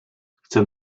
chcę